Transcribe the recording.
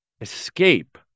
escape